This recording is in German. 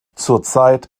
zurzeit